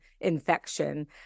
infection